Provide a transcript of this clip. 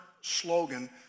slogan